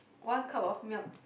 one cup of milk